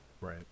Right